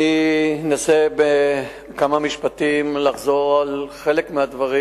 אני אנסה בכמה משפטים לחזור על חלק מהדברים